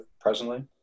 presently